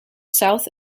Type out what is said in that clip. south